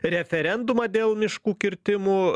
referendumą dėl miškų kirtimų